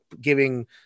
giving